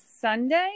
Sunday